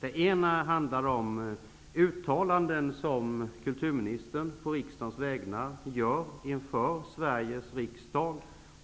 En av punkterna handlar om uttalanden som kulturministern på regeringens vägnar gör inför Sveriges riksdag